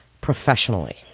professionally